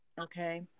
Okay